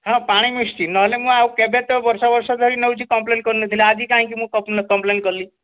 ହଁ ପାଣି ମିଶୁଛି ନହେଲେ ମୁଁ ଆଉ କେବେ ତ ବର୍ଷ ବର୍ଷ ଧରି ନୋଉଛି କମ୍ପ୍ଲେନ୍ କରିନଥିଲି ଆଜି କାହିଁକି ମୁଁ କମ୍ପ୍ଲେ କମ୍ପ୍ଲେନ୍ କଲି